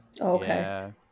okay